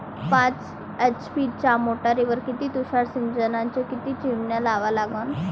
पाच एच.पी च्या मोटारीवर किती तुषार सिंचनाच्या किती चिमन्या लावा लागन?